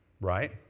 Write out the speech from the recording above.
right